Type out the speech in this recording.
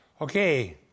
Okay